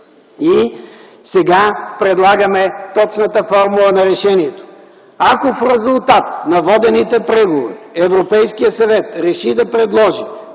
и сега предлагаме точната формула на решението – ако в резултат на водените преговори Европейският съвет реши да предложи